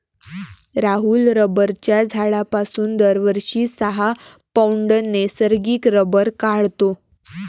राहुल रबराच्या झाडापासून दरवर्षी सहा पौंड नैसर्गिक रबर काढतो